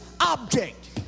object